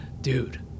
dude